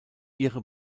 ihre